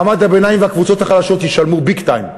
מעמד הביניים והקבוצות החלשות ישלמו big time.